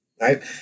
Right